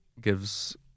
gives